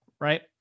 right